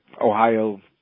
Ohio